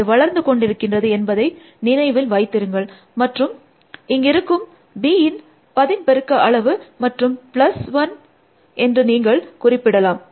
அது வளர்ந்து கொண்டிருக்கிறது என்பதை நினைவில் வைத்திருங்கள் மற்றும் இங்கிருக்கும் bயின் பதின்பெருக்க அளவு d மற்றும் ப்ளஸ் 1 bd 1 என்று நீங்கள் குறிப்பிடலாம்